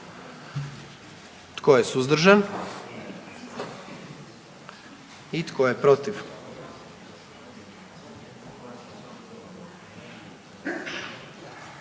Tko je suzdržan? I tko je protiv?